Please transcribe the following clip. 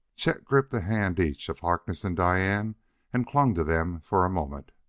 chet gripped a hand each if harkness and diane and clung to them for a moment.